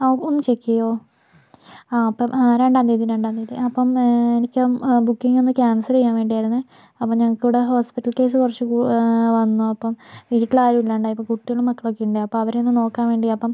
ആ ഒന്ന് ചെക്ക് ചെയ്യുമോ ആ അപ്പം രണ്ടാം തീയ്യതി രണ്ടാം തീയ്യതി അപ്പം എനിക്ക് ബുക്കിങ്ങൊന്നു ക്യാൻസൽ ചെയ്യാൻ വേണ്ടിയാരുന്നേ അപ്പം ഞങ്ങൾക്കിവിടെ ഹോസ്പിറ്റൽ കേസ് കുറച്ച് വന്നു അപ്പം വീട്ടിലാരും ഇല്ലാണ്ടായി അപ്പോൾ കുട്ടികളും മക്കളൊക്കെയുണ്ടേ അപ്പം അവരെയൊന്ന് നോക്കാൻ വേണ്ടിയാണ് അപ്പം